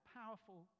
powerful